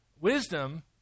Wisdom